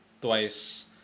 twice